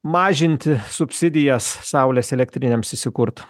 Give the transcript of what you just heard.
mažinti subsidijas saulės elektrinėms įsikurt